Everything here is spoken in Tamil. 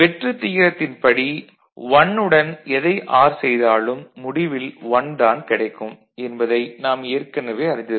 வெற்றுத் தியரத்தின் படி 1 உடன் எதை ஆர் செய்தாலும் முடிவில் 1 தான் கிடைக்கும் என்பதை நாம் ஏற்கனவே அறிந்தது தான்